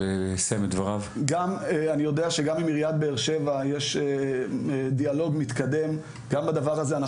אני יודע שגם עם עיריית באר שבע יש דיאלוג מתקדם גם בדבר הזה.